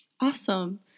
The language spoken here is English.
Awesome